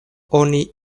oni